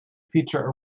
feature